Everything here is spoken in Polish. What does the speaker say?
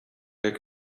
jak